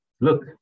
Look